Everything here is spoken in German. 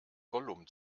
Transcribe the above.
gollum